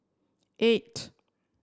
eight